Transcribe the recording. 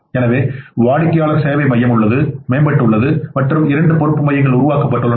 எனவே வாடிக்கையாளர் சேவை மேம்பட்டு உள்ளது மற்றும் இரண்டு பொறுப்பு மையங்கள் உருவாக்கப்பட்டுள்ளன